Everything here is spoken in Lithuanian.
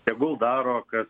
tegul daro kad